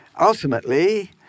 ultimately